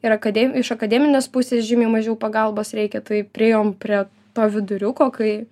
ir akade iš akademinės pusės žymiai mažiau pagalbos reikia tai priėjom prie to viduriuko kai